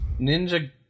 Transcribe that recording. Ninja